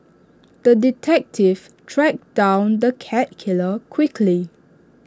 the detective tracked down the cat killer quickly